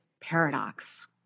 paradox